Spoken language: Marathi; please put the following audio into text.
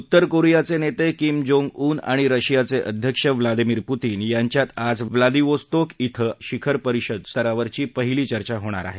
उत्तर कोरियाचे नेते किम जोंग उन आणि रशियाचे अध्यक्ष व्लादिमीर पुतिन यांच्यात आज व्लादिवोस्तोक क्वे शिखर परिषद स्तरावरची पहिली चर्चा होणार आहे